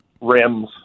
rims